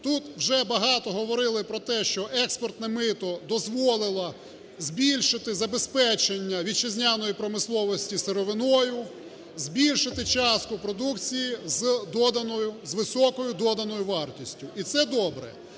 Тут вже багато говорили про те, що експортне мито дозволило збільшити забезпечення вітчизняної промисловості сировиною, збільшити частку продукції з доданою, з високою доданою вартістю, і це добре.